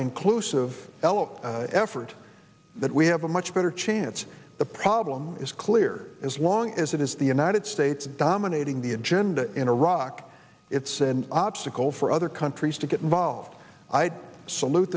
inclusive elo effort that we have a much better chance the problem is clear as long as it is the united states dominating the agenda in iraq it's an obstacle for other countries to get involved i salute